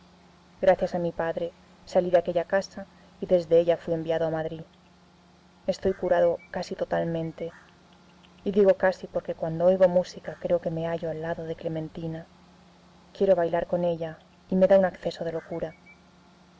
gracias a mi padre salí de aquella casa y desde ella fui enviado a madrid estoy curado casi totalmente y digo casi porque cuando oigo música creo que me hallo al lado de clementina quiero bailar con ella y me da un acceso de locura